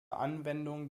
anwendung